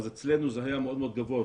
אצלנו זה היה מאוד מאוד גבוה,